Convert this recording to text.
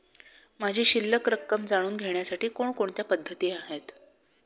माझी शिल्लक रक्कम जाणून घेण्यासाठी कोणकोणत्या पद्धती आहेत?